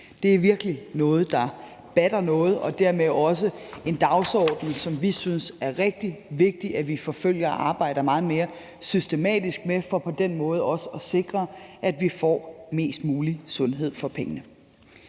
Det er virkelig noget, der batter, og det er dermed også en dagsorden, som vi synes det er rigtig vigtigt at vi forfølger og arbejder meget mere systematisk med for på den måde også at sikre, at vi får mest mulig sundhed for pengene.